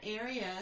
area